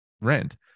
rent